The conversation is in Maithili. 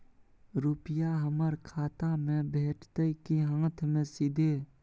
रुपिया हमर खाता में भेटतै कि हाँथ मे सीधे?